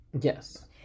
Yes